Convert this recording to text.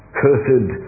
cursed